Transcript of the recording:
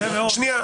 שנייה.